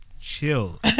chill